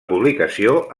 publicació